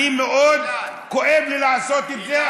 מאוד כואב לי לעשות את זה,